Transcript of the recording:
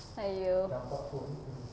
!aiyo!